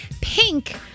Pink